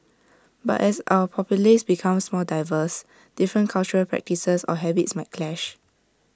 but as our populace becomes more diverse different cultural practices or habits might clash